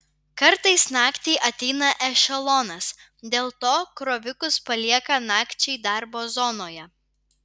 kartais naktį ateina ešelonas dėl to krovikus palieka nakčiai darbo zonoje